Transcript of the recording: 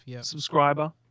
subscriber